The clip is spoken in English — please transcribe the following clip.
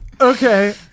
Okay